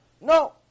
No